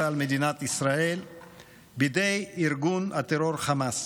על מדינת ישראל בידי ארגון הטרור חמאס.